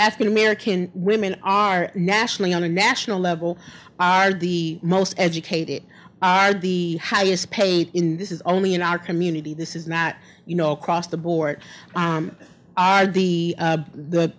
in american women are nationally on a national level are the most educated are the highest paid in this is only in our community this is not you know across the board are the